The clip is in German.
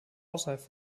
außerhalb